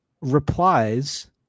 replies